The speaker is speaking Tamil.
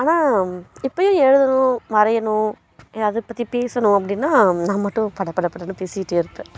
ஆனால் இப்போயும் எழுதணும் வரையணும் அதை பற்றி பேசணும் அப்படின்னா நான் மட்டும் படபடபடன்னு பேசிக்கிட்டு இருப்பேன்